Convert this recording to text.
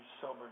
sober